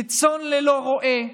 כצאן ללא רועה,